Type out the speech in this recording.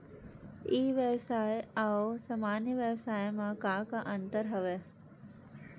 ई व्यवसाय आऊ सामान्य व्यवसाय म का का अंतर हवय?